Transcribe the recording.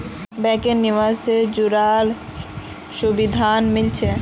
बैंकत निवेश से जुराल सुभिधा मिल छेक